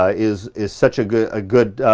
ah is is such a good ah good